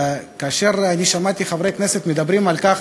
כאשר אני שמעתי חברי כנסת מדברים על כך